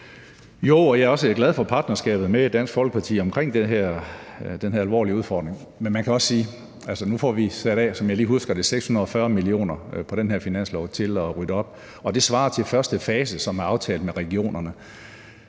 Jo, og jeg er også glad for partnerskabet med Dansk Folkeparti om den her alvorlige udfordring. Men man kan også sige, at nu får vi sat, som jeg lige husker det, 640 mio. kr. af på den her finanslov til at rydde op, og det svarer til første fase, som er aftalt med regionerne.